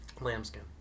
Lambskin